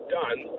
done